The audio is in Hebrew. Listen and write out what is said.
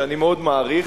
שאני מאוד מעריך,